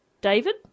David